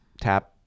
tap